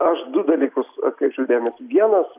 aš du dalykus atkreipčiau dėmesį vienas